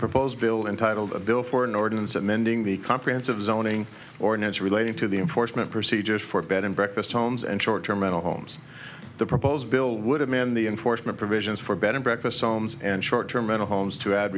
proposed bill entitled a bill for an ordinance amending the comprehensive zoning ordinance relating to the enforcement procedures for bed and breakfast homes and short term mental homes the proposed bill would amend the enforcement provisions for better breakfast homes and short term mental homes to add